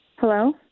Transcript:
Hello